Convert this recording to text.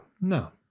No